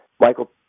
Michael